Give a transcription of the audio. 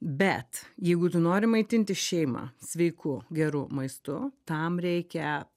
bet jeigu tu nori maitinti šeimą sveiku geru maistu tam reikia